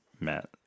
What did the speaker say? met